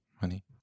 honey